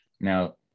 Now